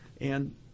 and-